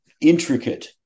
intricate